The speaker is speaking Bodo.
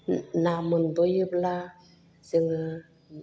ना मोनबोयोब्ला जोङो